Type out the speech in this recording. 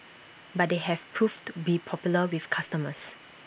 but they have proved to be popular with customers